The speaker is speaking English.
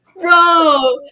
bro